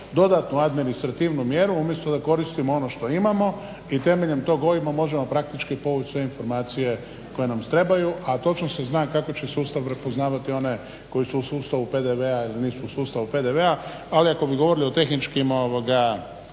dodatnu administrativnu mjeru? Umjesto da koristimo ono što imamo i temeljem tog OIB-a možemo praktički povući sve informacije koje nam trebaju. A točno se zna kako će sustav prepoznavati one koji su u sustavu PDV-a ili nisu u sustavu PDV-a. Ali ako bi govorili o tehničkim